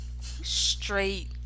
Straight